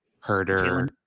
Herder